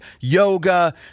yoga